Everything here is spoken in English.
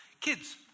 Kids